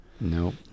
Nope